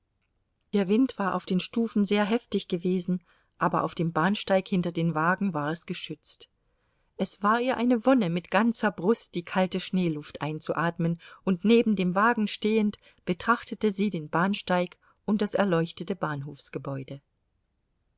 der wind war auf den stufen sehr heftig gewesen aber auf dem bahnsteig hinter den wagen war es geschützt es war ihr eine wonne mit ganzer brust die kalte schneeluft einzuatmen und neben dem wagen stehend betrachtete sie den bahnsteig und das erleuchtete bahnhofsgebäude